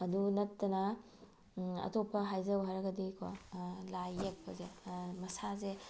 ꯑꯗꯨ ꯅꯠꯇꯅ ꯑꯇꯣꯞꯄ ꯍꯥꯏꯖꯧ ꯍꯥꯏꯔꯒꯗꯤ ꯀꯣ ꯂꯥꯏ ꯌꯦꯛꯄꯁꯦ ꯃꯁꯥꯁꯦ